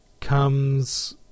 comes